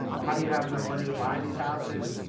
or how do you have enough money to buy these houses?